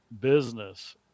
business